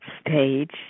stage